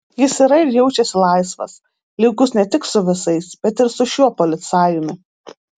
jis yra ir jaučiasi laisvas lygus ne tik su visais bet ir su šiuo policajumi